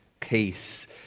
case